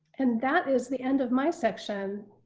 and that is the end of my section.